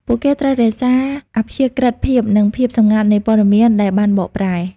ពួកគេត្រូវរក្សាអព្យាក្រឹតភាព និងភាពសម្ងាត់នៃព័ត៌មានដែលបានបកប្រែ។